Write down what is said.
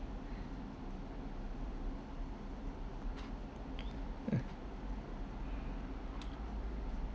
eh